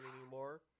anymore